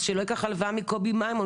אז שלא ייקח הלוואה מקובי מימון,